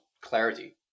clarity